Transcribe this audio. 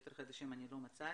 יותר חדשים לא מצאתי.